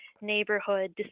neighborhood